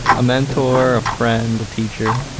a mentor, a friend, a teacher.